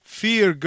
fear